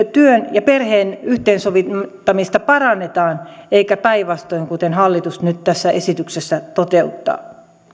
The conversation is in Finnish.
työn ja perheen yhteensovittamista parannetaan eikä päinvastoin kuten hallitus nyt tässä esityksessä toteuttaa